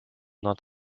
not